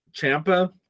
Champa